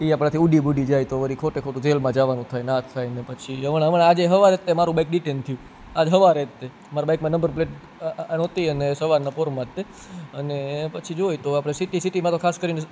એ આપણાથી ઊડી બુડી જાય તો વળી ખોટે ખોટું જેલમાં જવાનું થાય ને આ થાય ને પછી હમણા હમણા આજે સવારે મારું બાઇક ડિટેન થયું આજ સવારે તે મારા બાઇકમાં નંબર પ્લેટ નહોતી અને સવારના પોરમાં જ તે અને પછી જોઈ તો આપણે સિટી સિટીમાં તો ખાસ કરીને